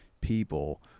people